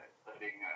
studying